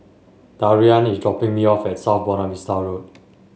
Darian is dropping me off at South Buona Vista Road